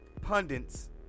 pundits